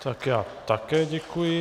Tak já také děkuji.